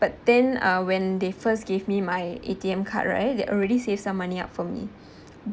but then uh when they first gave me my A_T_M card right they already save some money up for me